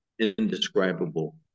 Indescribable